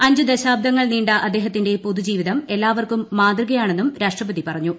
അഞ്ചു ദശാബ്ദങ്ങൾ നീണ്ട അദ്ദേഹത്തിന്റെ പൊതുജീവിതം എല്ലാവർക്കും മാതൃകയാണെന്നും രാഷ്ട്രപതി പറഞ്ഞു